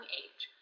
age